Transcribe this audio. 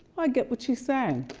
i get what she's saying.